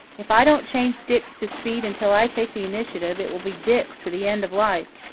if i don't change dix to speed until i take the initiative, it will be dix to the end of life.